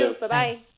Bye-bye